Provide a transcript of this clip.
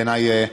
בעיניי,